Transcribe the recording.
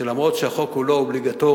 שגם אם החוק הוא לא אובליגטורי,